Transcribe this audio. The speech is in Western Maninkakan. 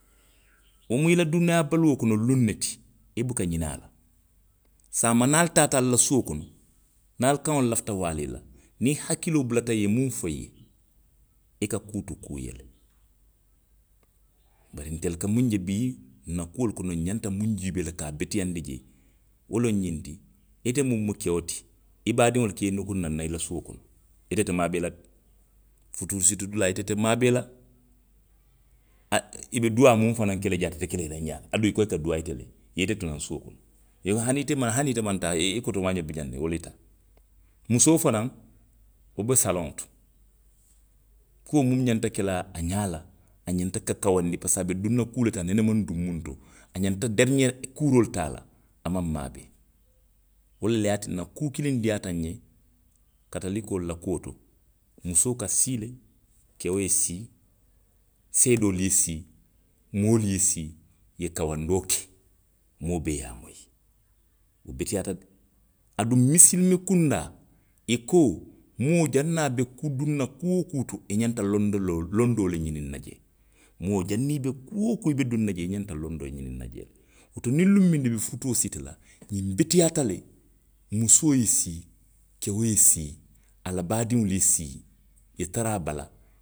Wo mu i la duniyaa baluo kono luŋ ne ti, i buka ňina a la. Saama niŋ ali taata ali la suo kono. niŋ ali kaŋo lafita waalii la. niŋ i hakkiloo bulata i ye muŋ foi ye, i ka kuu tu kuu ye le. Bari ntelu ka muŋ je bii. nna kuolu kono, nxanta muŋ juubee la ka a beteyaandi jee. Wo loŋ xiŋ ti, ite muŋ mu keo ti. i baadiŋolu ka i nukuŋ naŋ ne i la suo kono. ite te maabee la de, futuu siti dulaa ite maabee la. a, i be duwaa muŋ fanaŋ ke la jee, ate te ke la i ňaa la, aduŋ i ko i ka duwaa ite le ye. I ye ite tu naŋ suo kono. Iyoo hani i te maŋ, hani ite maŋ taa, i, i kotoomaa xolu be jaŋ ne. wolu ye taa. Musoo fanaŋ. wo be saloŋo to. kuo muŋ ňanta ke la a ňaa la. a ňanta ka kaawandi parisiko a be dunna kuu le to a nene maŋ maŋ duw muŋ to, a ňanta derixeeri kuuroo le taa la. a maŋ maabee. Wolu le ye a tinna kuu kiliŋ diiyaata nňe. katolikoolu la kuo to. musoo ka sii le, keo ye sii, seedoolu ye sii. moolu ye sii. i ye kaawandoo ke, moo bee ye a moyi, wo beteyaata de. Aduŋ misilimekundaa, i ko, moo, janniŋ a be kuu. duŋ na kuu woo kuu to, i ňanta londoo loo, londoo le ňiniŋ na jee. Moo janniŋ i be kuu woo kuu i be duŋ na jee, i ňanta londoo ňiniŋ na jee le. Woto niŋ luŋ miŋ na i be futuo siti la, ňiŋ beteyaata le. musoo ye sii. keo ye sii, a la baadiŋolu ye sii. i ye tara a bala,